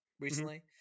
recently